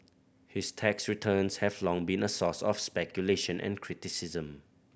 his tax returns have long been a source of speculation and criticism